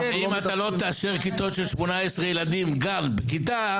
ואם אתה לא תאשר כיתות של 18 ילדים גם בכיתה,